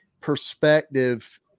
perspective